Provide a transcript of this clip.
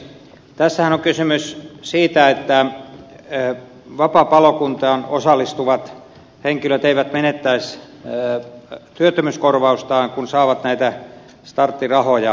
tässähän on kysymys siitä että vapaapalokuntaan osallistuvat henkilöt eivät menettäisi työttömyyskorvaustaan kun saavat näitä starttirahoja